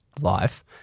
Life